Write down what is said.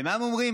ומה הם אומרים?